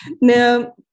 now